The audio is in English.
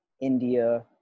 India